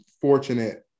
fortunate